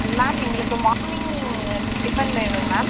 ma'am எங்களுக்கு morning tiffin வேணும் ma'am